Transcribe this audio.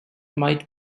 might